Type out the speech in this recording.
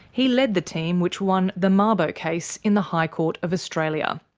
he led the team which won the mabo case in the high court of australia.